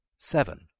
Seven